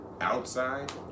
outside